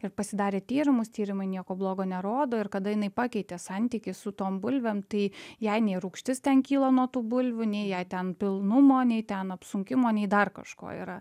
ir pasidarė tyrimus tyrimai nieko blogo nerodo ir kada jinai pakeitė santykį su tom bulvėm tai jai nei rūgštis ten kyla nuo tų bulvių nei jai ten pilnumo nei ten apsunkimo nei dar kažko yra